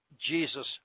Jesus